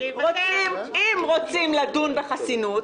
אם רוצים לדון בחסינות,